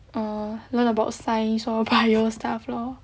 err learn about science lor bio stuff lor